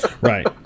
Right